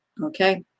okay